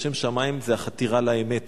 לשם שמים זה החתירה לאמת.